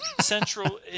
central